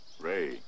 Ray